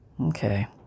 Okay